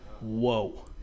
whoa